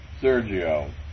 Sergio